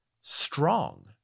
strong